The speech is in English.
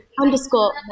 underscore